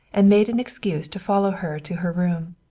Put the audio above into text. and made an excuse to follow her to her room.